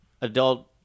adult